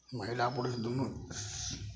महिला पुरुष दुनू